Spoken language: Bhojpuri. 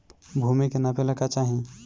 भूमि के नापेला का चाही?